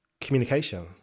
communication